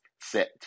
set